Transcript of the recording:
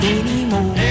anymore